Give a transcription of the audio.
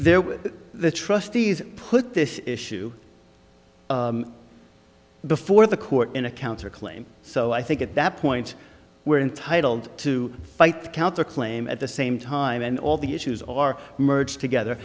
with the trustees put this issue before the court in a counterclaim so i think at that point where intitled to fight the counter claim at the same time and all the issues all are merged together